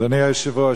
אדוני היושב-ראש,